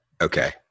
Okay